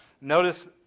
Notice